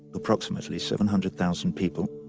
approximately seven hundred thousand people,